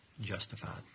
justified